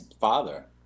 father